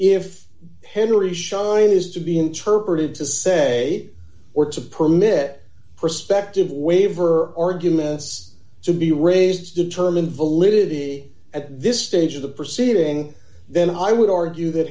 henery shine is to be interpreted to say or to permit prospective waiver or give us to be raised to determine validity at this stage of the proceeding then i would argue that